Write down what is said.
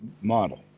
model